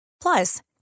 Plus